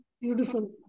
Beautiful